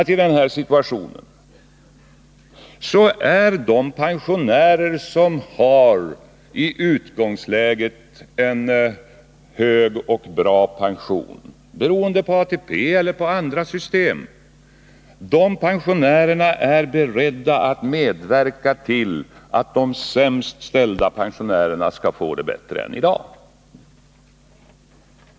Men jag tror faktiskt att de pensionärer som i utgångsläget, tack vare ATP eller andra system, har en hög och bra pension i nuvarande situation är beredda att medverka till att de sämst ställda pensionärerna skall få det bättre än i dag.